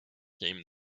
came